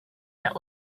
that